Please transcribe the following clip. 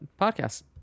podcast